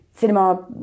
cinema